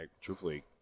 Truthfully